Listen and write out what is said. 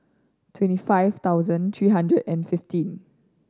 twenty five thousand three hundred and fifteen